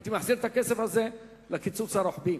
הייתי מחזיר את הכסף הזה לקיצוץ הרוחבי,